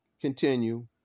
continue